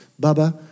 Bubba